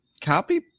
Copy